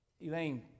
Elaine